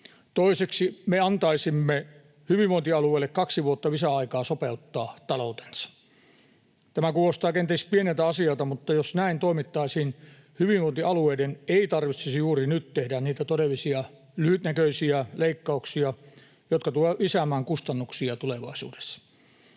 Toiseksi, me antaisimme hyvinvointialueille kaksi vuotta lisäaikaa sopeuttaa taloutensa. Tämä kuulostaa kenties pieneltä asialta, mutta jos näin toimittaisiin, hyvinvointialueiden ei tarvitsisi juuri nyt tehdä niitä todellisia lyhytnäköisiä leikkauksia, jotka tulevat lisäämään kustannuksia tulevaisuudessa.